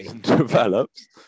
develops